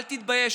אל תתבייש.